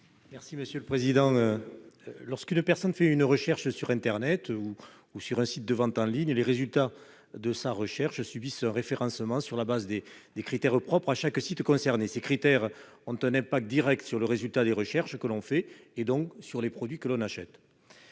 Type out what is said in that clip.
M. Alain Duran. Lorsqu'une personne fait une recherche sur internet ou sur un site de vente en ligne, les résultats de sa recherche subissent un référencement sur la base de critères propres à chaque site concerné. Ces critères ont une incidence directe sur le résultat des recherches que l'on effectue et, par conséquent, sur les produits que l'on achète.